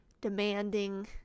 demanding